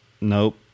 Nope